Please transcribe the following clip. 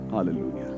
Hallelujah